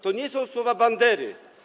To nie są słowa Bandery.